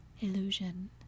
Illusion